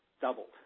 doubled